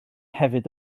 hefyd